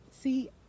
See